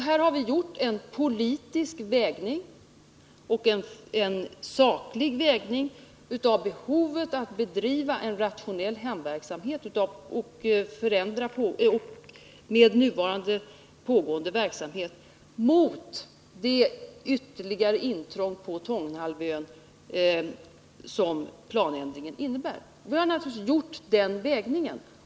Här har vi gjort en politisk och saklig avvägning mellan behovet att bedriva en rationell hamnverksamhet med nuvarande omfattning och ett ytterligare intrång på Tångenhalvön som planändringen innebär. Naturligtvis har vi gjort denna avvägning.